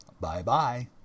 Bye-bye